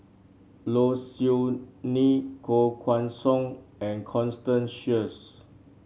Low Siew Nghee Koh Guan Song and Constance Sheares